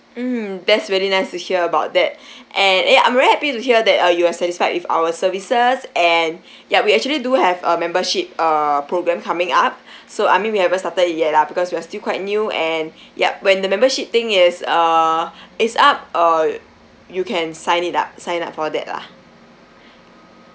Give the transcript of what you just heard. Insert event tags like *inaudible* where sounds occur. mm that's very nice to hear about that *breath* and eh I'm really happy to hear that uh you are satisfied with our services and ya we actually do have a membership uh program coming up *breath* so I mean we haven't started yet lah because we are still quite new and yup when the membership thing is uh is up uh you can sign it up sign up for that lah